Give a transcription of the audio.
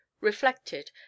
Reflected